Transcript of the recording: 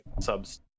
subs